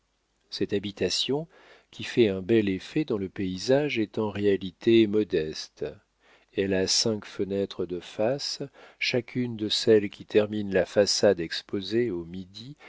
cette habitation qui fait un bel effet dans le paysage est en réalité modeste elle a cinq fenêtres de face chacune de celles qui terminent la façade exposée au midi